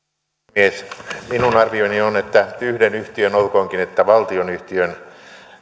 puhemies minun arvioni on että yhden yhtiön olkoonkin että valtionyhtiön